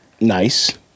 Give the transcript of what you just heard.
Nice